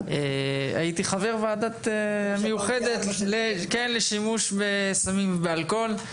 הייתי חבר הוועדה המיוחדת למניעת שימוש בסמים ואלכוהול.